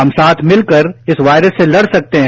हम साथ मिलकर इस वायरस सेलड़ सकते हैं